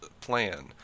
plan